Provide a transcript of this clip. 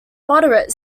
moderate